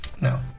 No